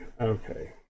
Okay